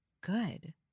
good